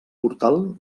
portal